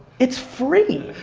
it's free!